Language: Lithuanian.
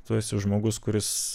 tu esi žmogus kuris